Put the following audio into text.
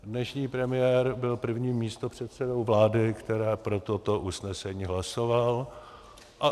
Dnešní premiér byl prvním místopředsedou vlády, která pro toto usnesení hlasovala.